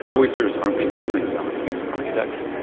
oysters aren't the only non-human architects.